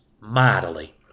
mightily